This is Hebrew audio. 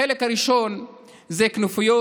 החלק הראשון זה כנופיות